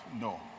No